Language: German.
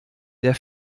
der